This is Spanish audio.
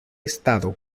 estado